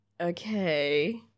Okay